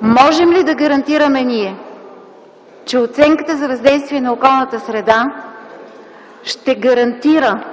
можем ли да гарантираме ние, че оценката за въздействие на околната среда ще гарантира